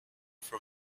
from